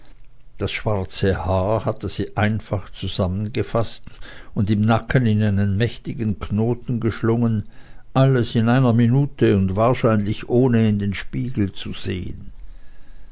das schwarze haar hatte sie einfach zusammengefaß und im nacken in einen mächtigen knoten geschlungen alles in einer minute und wahrscheinlich ohne in den spiegel zu sehen